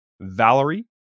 Valerie